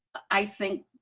i think,